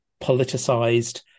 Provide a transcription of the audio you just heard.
politicized